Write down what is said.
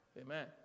Amen